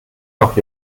noch